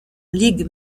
ligue